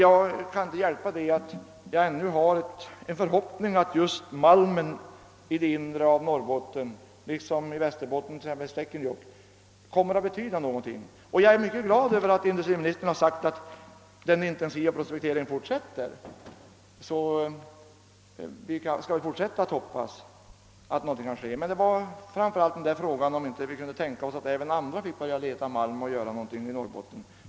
Jag kan själv inte underlåta att ännu hysa en förhoppning om att malmen i det inre av Norrbotten — liksom i Västerbotten, t.ex. i Stekenjokk — kommer att vara av en viss betydelse. Jag är mycket glad över att industriministern säger att den intensiva prospekteringen fortsätter. Vi skall alltså hoppas att något skall kunna ske. Jag vill dock gärna till min inlerpellation foga frågan om inte även andra intressenter än staten skulle kunna få bryta malm i Norrbotten.